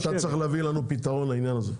--- לא, אתה צריך להביא לנו פתרון לעניין הזה.